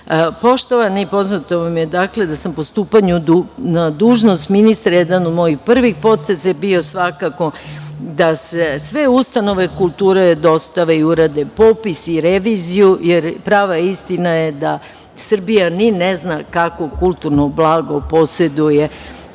dogovore. Poštovani, poznato vam je da sam po stupanju na dužnost ministra, jedan od mojih prvih poteza je bio da sve ustanove kulture dostave i urade popis i reviziju, jer prava istina je da Srbija ni ne zna kakvo kulturno blago poseduje